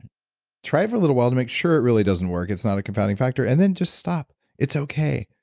try for a little while to make sure it really doesn't work it's not a confounding factor and then just stop. it's okay.